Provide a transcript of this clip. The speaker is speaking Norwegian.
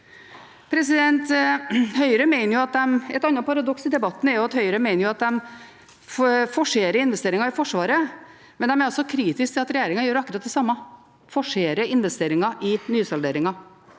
Et annet paradoks i debatten er at Høyre mener at de forserer investeringer i Forsvaret, men de er altså kritiske til at regjeringen gjør akkurat det samme: forserer investeringer i nysalderingen.